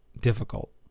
difficult